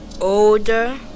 older